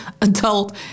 adult